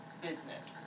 business